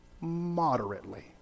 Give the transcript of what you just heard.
moderately